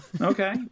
Okay